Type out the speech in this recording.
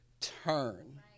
Turn